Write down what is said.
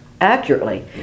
accurately